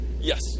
Yes